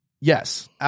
Yes